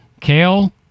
kale